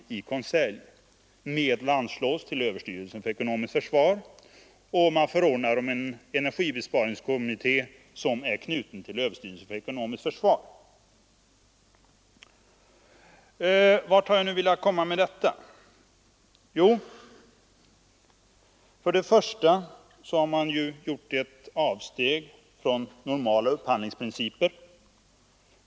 Medel anslås till överstyrelsen för ekonomiskt försvar, och man förordnar om en energibesparingskommitté, knuten till överstyrelsen för ekonomiskt försvar. Vart vill jag nu komma med detta? Jo, först och främst har man gjort ett avsteg från normala upphandlingsprinciper.